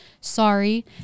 sorry